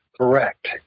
correct